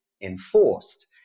enforced